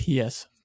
PS